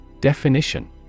Definition